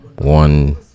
one